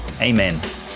Amen